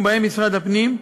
ובהם משרד הפנים,